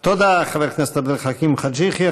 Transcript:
תודה, חבר הכנסת עבד אל חכים חאג' יחיא.